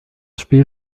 spiel